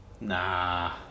Nah